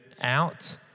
out